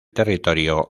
territorio